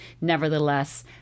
nevertheless